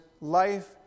life